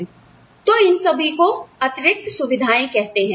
तो इन सभी को अतिरित सुविधाएँ कहते हैं